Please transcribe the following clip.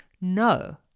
no